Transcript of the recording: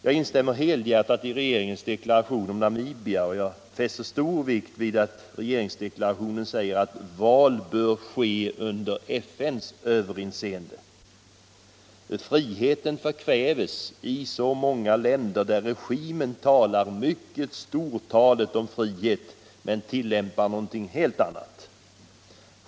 Jag instämmer helhjärtat i regeringens deklaration om Namibia, och jag fäster stor vikt vid att regeringsdeklarationen säger att val bör ske under FN:s överinseende. Friheten förkvävs i så många länder där regimen talar stort om frihet men tillämpar någonting helt annat.